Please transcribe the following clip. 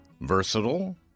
versatile